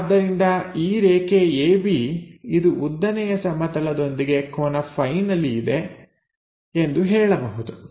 ಆದ್ದರಿಂದ ಈ ರೇಖೆ AB ಇದು ಉದ್ದನೆಯ ಸಮತಲದೊಂದಿಗೆ ಕೋನ ' Φ' ನಲ್ಲಿ ಇದೆ ಎಂದು ಹೇಳಬಹುದು